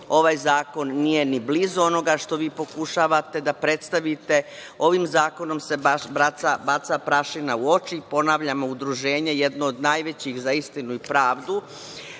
Ovaj zakon nije ni blizu onoga što vi pokušavate da predstavite, ovim zakonom se baca prašina u oči. Ponavljamo, udruženje jedno od najvećih „Za istinu i pravdu“